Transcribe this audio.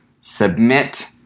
submit